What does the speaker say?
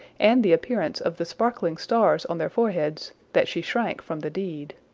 and the appearance of the sparkling stars on their foreheads, that she shrank from the deed.